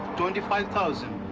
twenty five thousand?